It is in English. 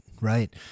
right